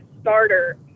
starter